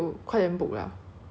price would go up right